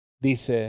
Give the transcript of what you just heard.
Dice